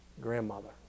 grandmother